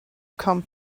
come